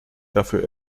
dafür